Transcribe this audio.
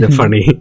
funny